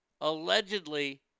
allegedly